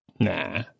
Nah